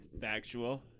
factual